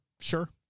Sure